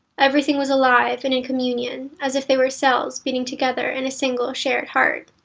everything was alive and in communion, as if they were cells beating together in a single shared heart.